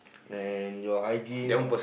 and your hygiene